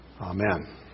Amen